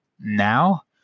now